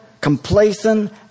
complacent